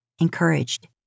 encouraged